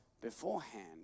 beforehand